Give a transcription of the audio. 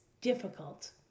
difficult